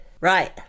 Right